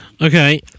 Okay